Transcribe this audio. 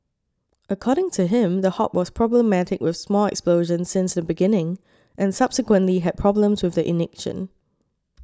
according to him the hob was problematic with small explosions since the beginning and subsequently had problems with the ignition